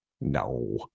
No